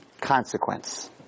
consequence